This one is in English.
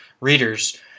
readers